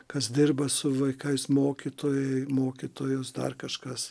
kas dirba su vaikais mokytojai mokytojos dar kažkas